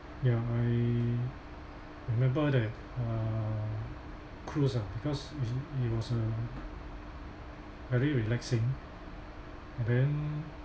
ya I remember that uh cruise ah because it it was a very relaxing and then